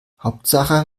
hauptsache